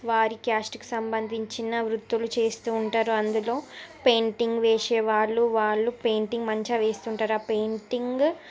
వారి క్యాస్ట్కు సంబంధించిన వృత్తులు చేస్తూ ఉంటారు అందులో పెయింటింగ్ వేసేవాళ్ళు వాళ్ళు పెయింటింగ్ మంచిగా వేస్తుంటారు ఆ పెయింటింగ్